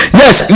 yes